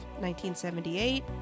1978